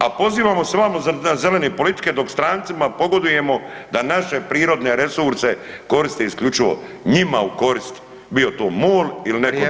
A pozivamo se vamo na zelene politike dok strancima pogodujemo da naše prirodne resurse koriste isključivo njima u korist, bio to MOL ili neko drugi.